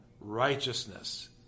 righteousness